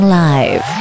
live